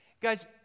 Guys